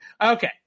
Okay